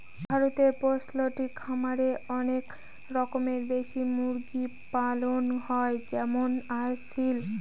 ভারতে পোল্ট্রি খামারে অনেক রকমের দেশি মুরগি পালন হয় যেমন আসিল